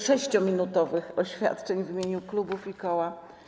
6-minutowych oświadczeń w imieniu klubów i koła.